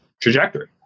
trajectory